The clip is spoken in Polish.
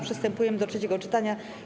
Przystępujemy do trzeciego czytania.